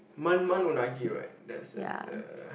Man-man-Unagi right that's that's the